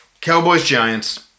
Cowboys-Giants